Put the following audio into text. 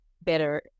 better